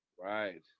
Right